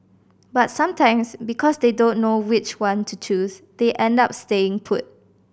but sometimes because they don't know which one to choose they end up staying put